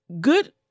good